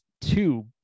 two